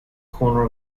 corner